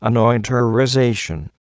Anointerization